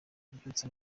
kubyutsa